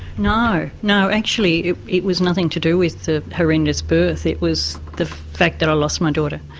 no no actually it was nothing to do with the horrendous birth, it was the fact that i lost my daughter,